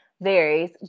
varies